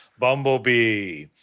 Bumblebee